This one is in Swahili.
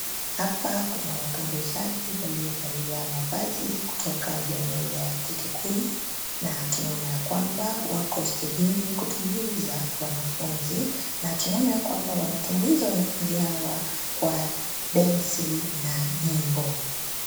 Hapa kuna watumbuizaji waliovalia mavazi kutoka ya jamii ya ki-kikuyu; na tunaona ya kwamba wako stejini kutumbuiza wanafunzi. Na tunaona ya kwamba wanatumbuiza wanafunzi hawa kwa densi na nyimbo.